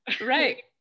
Right